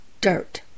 Dirt